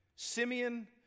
Simeon